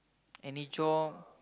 any chore